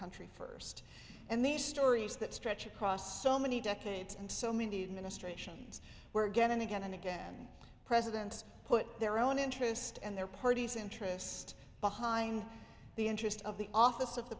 country first and these stories that stretch across so many decades and so many administrations were again and again and again presidents put their own interest and their party's interest behind the interest of the office of the